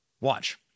Watch